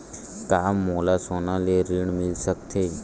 का मोला सोना ले ऋण मिल सकथे?